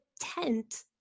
tent